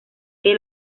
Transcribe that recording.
que